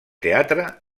teatre